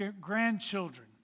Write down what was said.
grandchildren